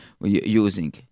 using